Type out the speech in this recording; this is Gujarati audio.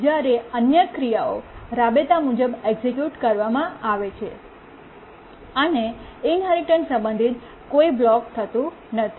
જ્યારે અન્ય ક્રિયાઓ રાબેતા મુજબ એક્સિક્યૂટ કરવામાં આવે છે અને ઇન્હેરિટન્સસંબંધિત કોઈ બ્લોક થતું નથી